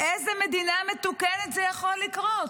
באיזו במדינה מתוקנת זה יכול לקרות?